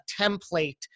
template